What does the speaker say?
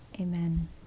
Amen